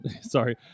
sorry